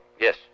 Yes